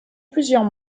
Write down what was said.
plusieurs